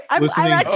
listening